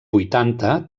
vuitanta